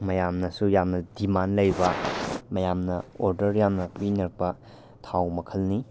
ꯃꯌꯥꯝꯅꯁꯨ ꯌꯥꯝꯅ ꯗꯤꯃꯥꯟ ꯂꯩꯕ ꯃꯌꯥꯝꯅ ꯑꯣꯗꯔ ꯌꯥꯝꯅ ꯄꯤꯅꯔꯛꯄ ꯊꯥꯎ ꯃꯈꯜꯅꯤ